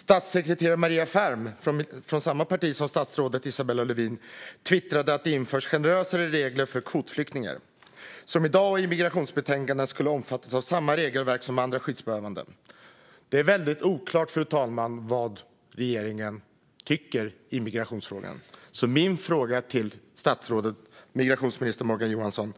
Statssekreterare Maria Ferm, från samma parti som statsrådet Isabella Lövin, twittrade att det ska införas generösare regler för kvotflyktingar som enligt migrationsbetänkanden i dag skulle omfattas av samma regelverk som andra skyddsbehövande. Fru talman! Det är väldigt oklart vad regeringen tycker i migrationsfrågan. Min fråga till migrationsminister Morgan Johansson är: